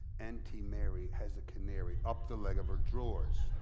auntie mary has a canary up the leg of her drawers